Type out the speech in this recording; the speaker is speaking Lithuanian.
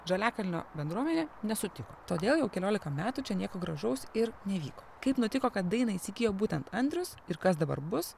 žaliakalnio bendruomenė nesutiko todėl jau keliolika metų čia nieko gražaus ir nevyko kaip nutiko kad dainą įsigijo būtent andrius ir kas dabar bus